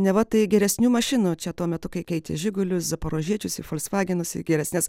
neva tai geresnių mašinų čia tuo metu kai keitė žigulius zaporožiečius į folksvagenus į geresnes